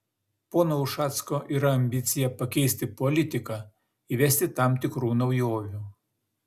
pono ušacko yra ambicija pakeisti politiką įvesti tam tikrų naujovių